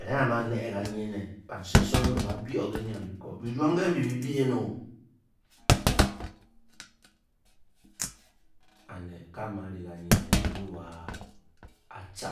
Eringe a’ma’ néé ka nyi éné basisónge nbé bá byi-o kɔ biko, byirum ke nbi-bi-o éné a’néé ká ma ri kangi éné nyi wa a|ca